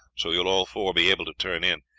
so you will all four be able to turn in.